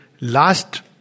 last